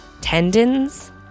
tendons